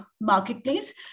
marketplace